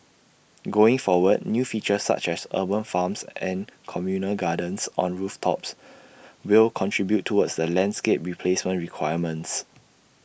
going forward new features such as urban farms and communal gardens on rooftops will contribute towards the landscape replacement requirements